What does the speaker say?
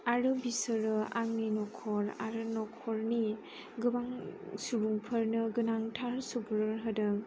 आरो बिसोरो आंनि न'खर आरो न'खरनि गोबां सुबुंफोरनो गोनांथार सुबुरुन होदों